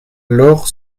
lorp